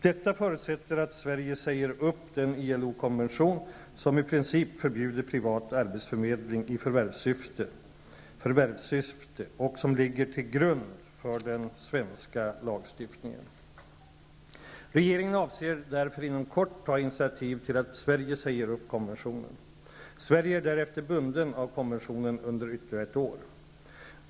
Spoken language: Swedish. Detta förutsätter att Sverige säger upp den ILO konvention som i princip förbjuder privat arbetsförmedling förvärvssyfte och som ligger till grund för den svenska lagstiftningen. Regeringen avser därför att inom kort ta initiativ till att Sverige säger upp konventionen. Sverige är därefter bundet av konventionen under ytterligare ett år.